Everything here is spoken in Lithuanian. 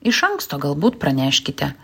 iš anksto galbūt praneškite